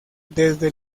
desde